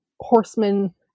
horsemen